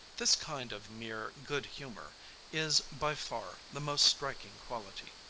this kind of mere good humor is, by far, the most striking quality.